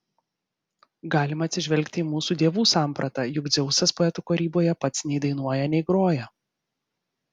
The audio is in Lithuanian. galima atsižvelgti į mūsų dievų sampratą juk dzeusas poetų kūryboje pats nei dainuoja nei groja